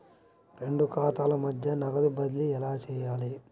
రెండు ఖాతాల మధ్య నగదు బదిలీ ఎలా చేయాలి?